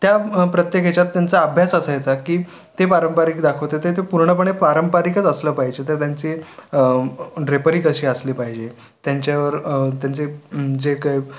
त्या प्रत्येक याच्यात त्यांचा अभ्यास असायचा की ते पारंपरिक दाखवत आहेत ते पूर्णपणे पारंपरिकचं असलं पाहिजे तर त्यांचे ड्रेपरी कशी असली पाहिजे त्यांच्यावर त्यांचे जे काही